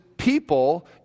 people